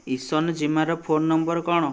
ଇଶନ ଜିମାର phone number କ'ଣ